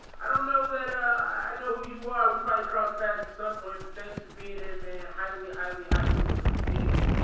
i don't know that ah i know who you are we probably cross paths at some point, but thanks for being here man, highly highly highly appreciated